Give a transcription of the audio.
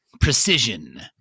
precision